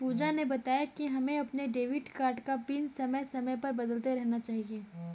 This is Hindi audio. पूजा ने बताया कि हमें अपने डेबिट कार्ड का पिन समय समय पर बदलते रहना चाहिए